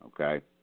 Okay